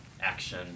action